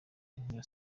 ntyo